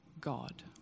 God